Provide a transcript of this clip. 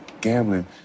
gambling